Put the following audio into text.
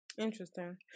interesting